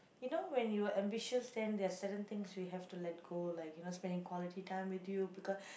you know when you are ambitious then there's certain things we have to let go like you know spending quality time with you because